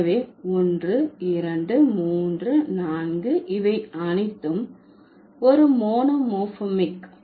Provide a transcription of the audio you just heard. எனவேஒன்று இரண்டு மூன்று நான்கு இவை அனைத்தும் ஒரு மோனோமோர்பிமிக்